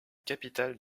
capitale